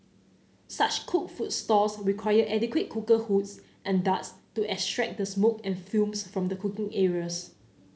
such cooked food stalls require adequate cooker hoods and ducts to extract the smoke and fumes from the cooking areas